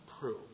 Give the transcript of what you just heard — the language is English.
prove